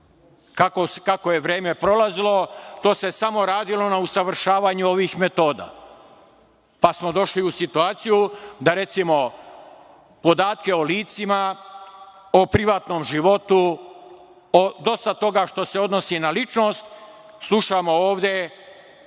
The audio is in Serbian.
je vreme prolazilo, samo se radilo na usavršavanju ovih metoda. Pa smo došli u situaciju da, recimo, podatke o licima, o privatnom životu, o dosta toga što se odnosi na ličnost, slušamo ovde